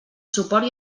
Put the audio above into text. suport